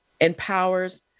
empowers